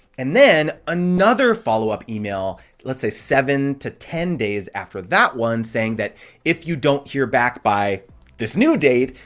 and then another follow up email, let's say, seven to ten days after that one, saying that if you don't hear back by this new date,